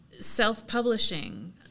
self-publishing